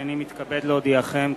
הנני מתכבד להודיעכם,